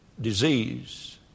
disease